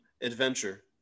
Adventure